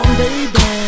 baby